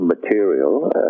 material